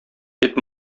кит